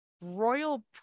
royal